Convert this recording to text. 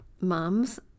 moms